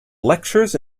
lectures